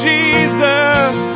Jesus